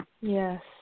Yes